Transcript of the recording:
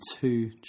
two